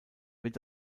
wird